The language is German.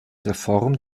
reform